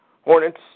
Hornets